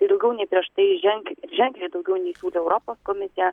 tai daugiau nei prieš tai ženk ženkliai daugiau nei siūlė europos komisija